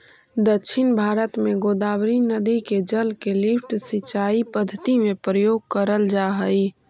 दक्षिण भारत में गोदावरी नदी के जल के लिफ्ट सिंचाई पद्धति में प्रयोग करल जाऽ हई